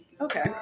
Okay